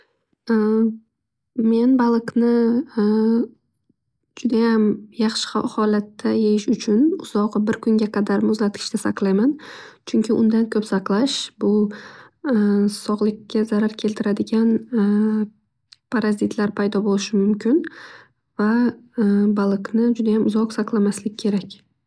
Men baliqni judayam yaxshi ho- holatda yeyish uchun uzoqi birkunga qadar muzlatgichda saqlayman. Chunki undan ko'p saqlash bu sog'liqga zarar yetkazadigan parazitlar paydo bo'lishi mumkin. Va baliqni judayam uzoq saqlamaslik kerak.